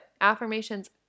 affirmations